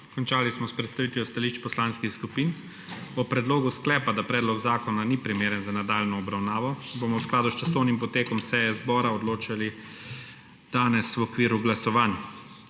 Končali smo s predstavitvijo stališč poslanskih skupin. O predlogu sklepa, da predlog zakona ni primeren za nadaljnjo obravnavo, bomo v skladu s časovnim potekom seje zbora odločali danes v okviru glasovanj.